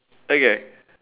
okay